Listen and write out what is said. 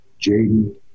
Jaden